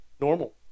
Normal